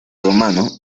romano